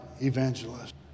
evangelist